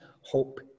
hope